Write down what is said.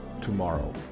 tomorrow